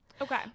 Okay